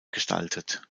gestaltet